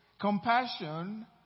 compassion